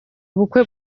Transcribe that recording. ubukwe